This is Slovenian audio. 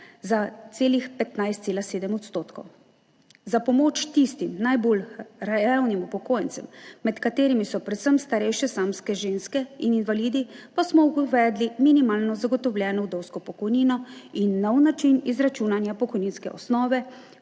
za celih 15,7 %. Za pomoč tistim najbolj revnim upokojencem, med katerimi so predvsem starejše, samske ženske in invalidi, pa smo uvedli minimalno zagotovljeno vdovsko pokojnino in nov način izračunanja pokojninske osnove